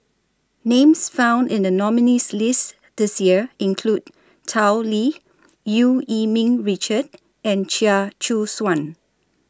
Names found in The nominees' list This Year include Tao Li EU Yee Ming Richard and Chia Choo Suan